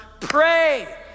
pray